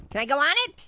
can i go on it?